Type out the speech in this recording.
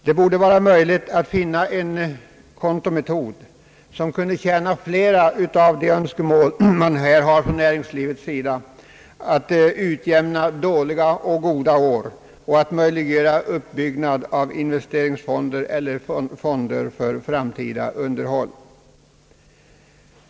Det borde vara möjligt att finna en kontometod som kunde tillgodose flera av de önskemål man har från näringslivets sida att utjämna dåliga och goda år och att kunna bygga upp investeringsfonder eller fonder t.ex. för framtida underhåll.